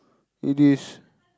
it is